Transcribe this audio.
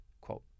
Quote